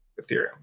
Ethereum